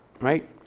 right